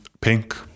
Pink